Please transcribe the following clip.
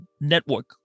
network